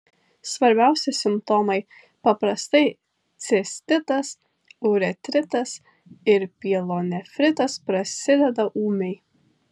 svarbiausi simptomai paprastai cistitas uretritas ir pielonefritas prasideda ūmiai